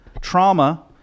trauma